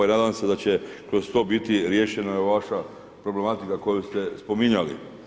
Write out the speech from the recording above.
I nadam se da će kroz to biti riješena i vaša problematika koju ste spominjali.